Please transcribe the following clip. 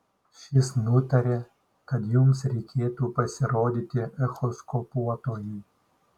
šis nutarė kad jums reikėtų pasirodyti echoskopuotojui